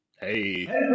Hey